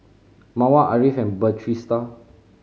Mawar Ariff and Batrisya